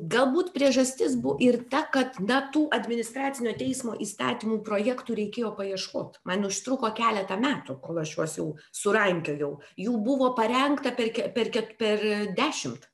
galbūt priežastis bu ir ta kad na tų administracinio teismo įstatymų projektų reikėjo paieškot man užtruko keletą metų kol aš juos jau surankiojau jų buvo parengta per ke per ket per dešimt